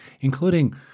including